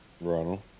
Ronald